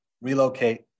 relocate